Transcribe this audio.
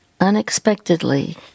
unexpectedly